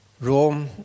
Rome